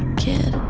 kid.